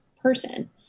person